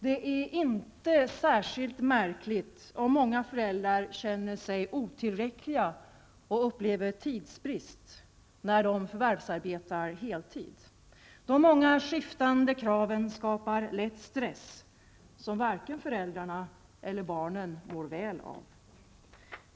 Det är inte särskilt märkligt om många föräldrar känner sig otillräckliga och upplever tidsbrist, när de förvärvsarbetar heltid. De många skiftande kraven skapar lätt stress, som varken föräldrarna eller barnen mår väl av.